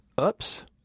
Oops